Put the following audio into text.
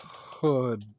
hood